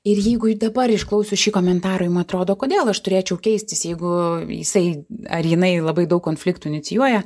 ir jeigu į dabar išklausius šį komentarą jum atrodo kodėl aš turėčiau keistis jeigu jisai ar jinai labai daug konfliktų inicijuoja